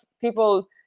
people